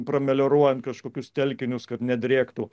pramelioruojant kažkokius telkinius kad nedrėktų